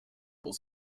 will